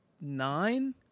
nine